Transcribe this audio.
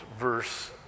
verse